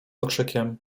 okrzykiem